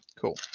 Cool